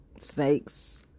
snakes